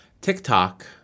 TikTok